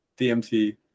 DMT